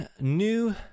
new